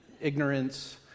ignorance